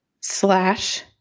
Slash